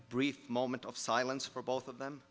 brief moment of silence for both of them